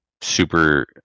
super